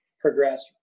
progress